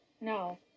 No